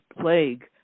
plague